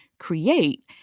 create